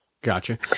Gotcha